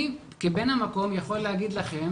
אני כבן המקום יכול להגיד לכם